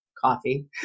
coffee